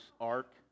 ark